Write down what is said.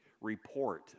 report